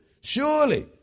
surely